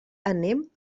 anem